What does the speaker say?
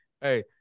hey